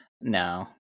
No